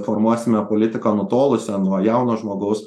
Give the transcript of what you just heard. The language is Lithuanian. formuosime politiką nutolusią nuo jauno žmogaus